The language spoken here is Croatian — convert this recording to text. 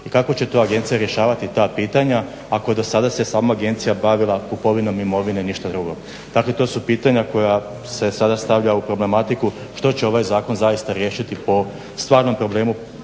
i kako će to agencija rješavati ta pitanja ako do sada se sama agencija bavila kupovinom imovine, ništa drugo. Dakle to su pitanja koja se sada stavlja u problematiku što će ovaj zakon zaista riješiti po stvarnom problemu